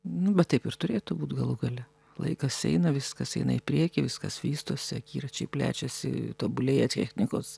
nu bet taip ir turėtų būt galų gale laikas eina viskas eina į priekį viskas vystosi akiračiai plečiasi tobulėja technikos